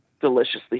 deliciously